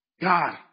God